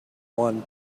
one